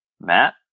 Matt